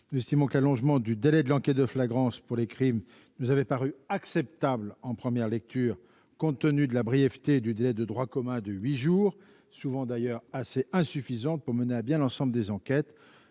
n° 32, l'allongement du délai de l'enquête de flagrance proposé pour les crimes nous avait paru acceptable en première lecture compte tenu de la brièveté du délai de droit commun de huit jours, souvent insuffisant pour mener à bien les enquêtes.